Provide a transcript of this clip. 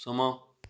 ਸਮਾਂ